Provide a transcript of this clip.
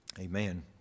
amen